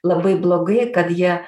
labai blogai kad jie